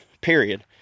period